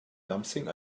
something